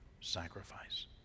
sacrifice